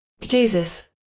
Jesus